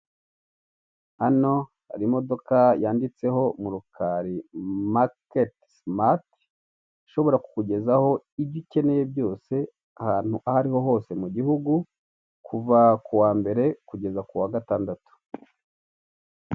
hano hari imodoka yanditseho murukari maketi simati ishobora kukugezaho ibyo ukeneye byose ahantu ahariho hose mugihugu kuva kuwambere kugeza kuwa gatandatu.